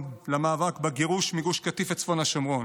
למאבק בגירוש מגוש קטיף לצפון השומרון,